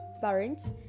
parents